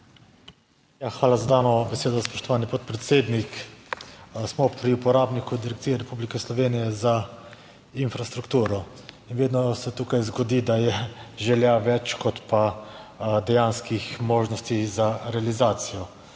Hvala za dano besedo, spoštovani podpredsednik. Smo pri uporabniku Direkcije Republike Slovenije za infrastrukturo. In vedno se tukaj zgodi, da je želja več kot pa dejanskih možnosti za realizacijo.